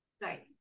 Right